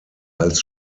als